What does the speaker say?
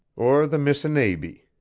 or the missinaibie.